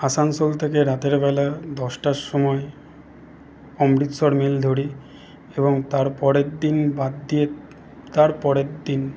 আসানসোল থেকে রাতেরবেলা দশটার সময় অমৃতসর মেল ধরি এবং তার পরের দিন বাদ দিয়ে তার পরের দিন